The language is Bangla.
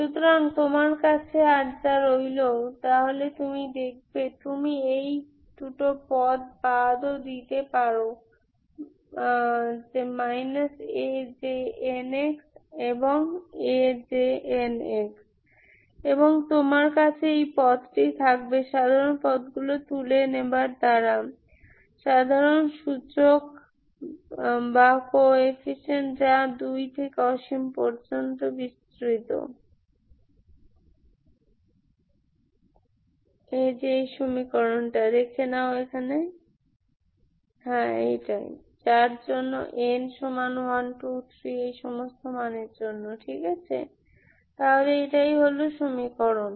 সুতরাং তোমার কাছে আর যা রইল তাহলে তুমি দেখবে তুমি এই দুটি পদ বাদ ও দিতে পারো AJnx এবং AJnx এবং তোমার কাছে এই পদটি থাকবে সাধারণ পদগুলি তুলে নেবার দ্বারা সাধারণ সূচক যা 2 থেকে অসীম পর্যন্ত 2AxJnxk2nn1 2nkkk 1 nk n2dkx nkk2dk 2xkd1x n10 n123 তাহলে এই হল সমীকরণ